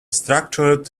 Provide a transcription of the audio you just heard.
structured